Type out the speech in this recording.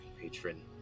patron